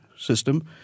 system